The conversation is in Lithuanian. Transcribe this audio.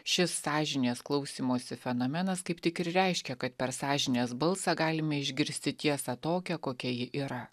šis sąžinės klausymosi fenomenas kaip tik ir reiškia kad per sąžinės balsą galime išgirsti tiesą tokią kokia ji yra